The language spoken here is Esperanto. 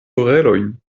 orelojn